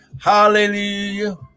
Hallelujah